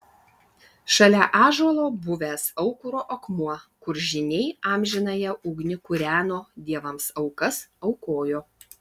šalia ąžuolo buvęs aukuro akmuo kur žyniai amžinąją ugnį kūreno dievams aukas aukojo